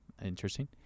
Interesting